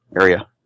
area